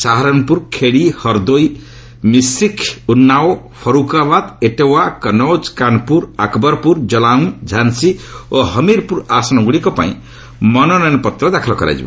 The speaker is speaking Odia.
ସାହାରନ୍ପୁର ଖେଡି ହର୍ଦୋଇ ମିଶ୍ରିଖ୍ ଉନ୍ନାଓ ଫରୁକାବାଦ୍ ଏଟାୱା କନୌଜ କାନ୍ପୁର ଆକ୍ବରପୁର କଲାଉଁ ଝାନ୍ସୀ ଓ ହମିର୍ପୁର ଆସନଗୁଡ଼ିକପାଇଁ ମନୋନୟନ ପତ୍ର ଦାଖଲ କରାଯିବ